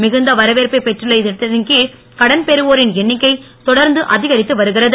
மிகுந்த வரவேற்பை பெற்றுள்ள இத்திட்டத்தின் கீழ் கடன் பெறுவோரின் எண்ணிக்கை தொடர்ந்து அதிகரித்து வருகிறது